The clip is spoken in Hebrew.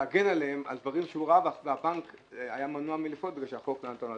להגן עליהם בדברים שהוא ראה והבנק היה מנוע מלפעול כי החוק לא נתן לו.